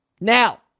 Now